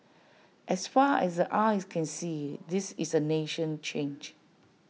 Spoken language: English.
as far as the eyes can see this is A nation changed